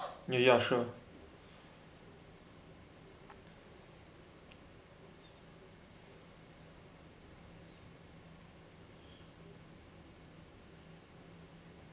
mm ya sure